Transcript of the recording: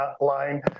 line